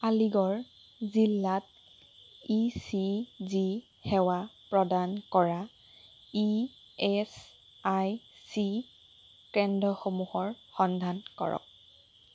আলিগড় জিলাত E C G সেৱা প্ৰদান কৰা ই এচ আই চি কেন্দ্ৰসমূহৰ সন্ধান কৰক